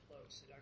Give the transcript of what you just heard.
close